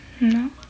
No